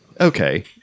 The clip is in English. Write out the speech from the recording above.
Okay